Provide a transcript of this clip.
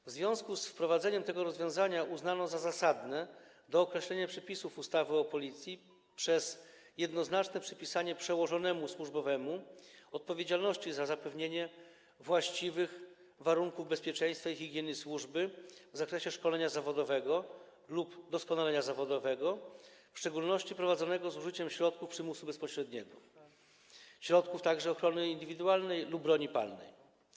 W związku z wprowadzeniem tego rozwiązania uznano za zasadne dookreślenie przepisów ustawy o Policji przez jednoznaczne przypisanie przełożonemu służbowemu odpowiedzialności za zapewnienie właściwych warunków bezpieczeństwa i higieny służby w zakresie szkolenia zawodowego lub doskonalenia zawodowego, w szczególności prowadzonego z użyciem środków przymusu bezpośredniego, a także środków ochrony indywidualnej lub broni palnej.